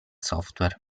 software